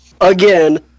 again